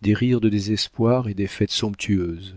des rires de désespoir et des fêtes somptueuses